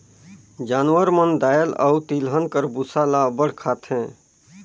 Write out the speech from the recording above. जानवर मन दाएल अउ तिलहन कर बूसा ल अब्बड़ खाथें